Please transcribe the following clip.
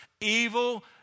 evil